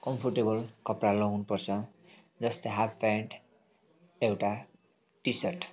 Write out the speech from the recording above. comfortable कपडा लाउनु पर्छ जस्तै हाफप्यान्ट एउटा टी सर्ट